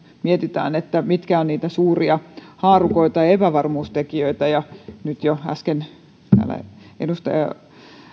mietitään mitkä ovat niitä suuria haarukoita ja epävarmuustekijöitä ja nyt jo äsken täällä edustaja